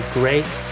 great